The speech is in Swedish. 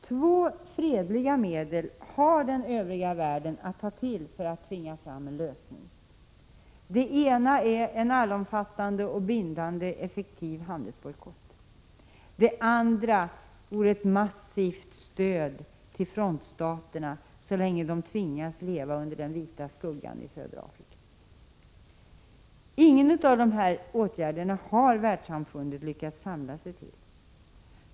Två fredliga medel har den övriga världen att ta till för att tvinga fram en lösning. Det ena är en allomfattande, bindande och effektiv handelsbojkott. Det andra vore ett massivt stöd till frontstaterna så länge de tvingas leva under den vita skuggan i södra Afrika. Ingen av dessa åtgärder har världssamfundet lyckats samla sig kring.